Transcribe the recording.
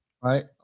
right